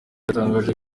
yatangaje